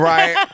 Right